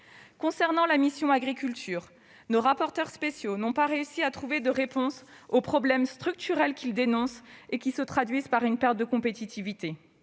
forêt et affaires rurales », nos rapporteurs spéciaux n'ont pas réussi à trouver de réponses aux problèmes structurels qu'ils dénoncent et qui se traduisent par une perte de compétitivité.